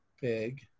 big